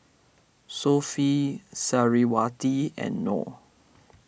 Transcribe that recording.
Sofea Suriawati and Nor